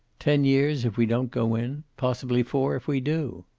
ten years if we don't go in. possibly four if we do.